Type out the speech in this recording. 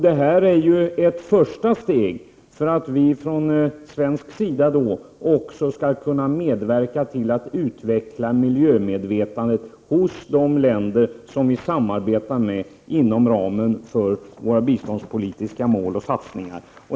Det är ett första steg för att också vi från svensk sida skall kunna medverka till att utveckla miljömedvetandet i de länder som vi samarbetar med inom ramen för våra biståndspolitiska mål och satsningar.